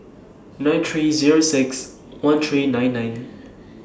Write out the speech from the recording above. nine three Zero six one three nine nine